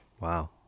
Wow